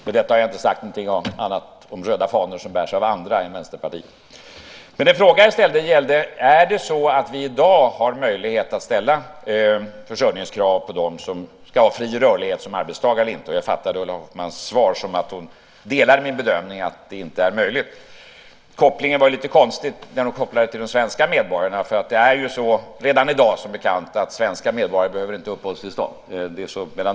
Med detta har jag inte sagt något om röda fanor som bärs av andra än Vänsterpartiet. Den fråga jag ställde var: Är det så att vi i dag har möjlighet att ställa försörjningskrav på dem som ska ha fri rörlighet som arbetstagare eller inte? Jag fattade Ulla Hoffmanns svar som att hon delar min bedömning av att det inte är möjligt. Kopplingen var lite konstig när hon kopplade detta till de svenska medborgarna. Det är ju redan i dag så, som bekant, att svenska medborgare inte behöver uppehållstillstånd.